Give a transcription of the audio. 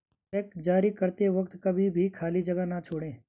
check जारी करते वक्त कभी भी खाली जगह न छोड़ें